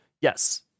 yes